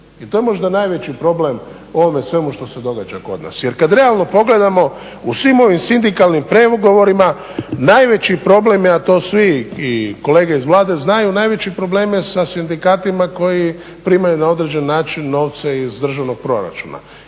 I to je možda najveći problem u ovome svemu što se događa kod nas jer kada realno pogledamo u svim ovim sindikalnim pregovorima, najveći problem je, a to svi i kolege iz Vlade znaju, najveći problem je sa sindikatima koji primaju na određen način novce iz državnog proračuna